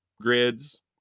grids